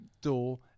door